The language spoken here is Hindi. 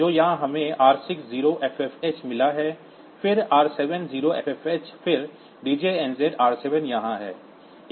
तो यहाँ हमें r6 0ffh मिला है फिर r7 0ffh फिर djnz r 7 यहाँ है